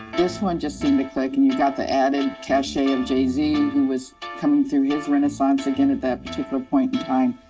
this one just seemed to click, and you got the added cachet of jay-z who was coming through his renaissance again at that particular point in time.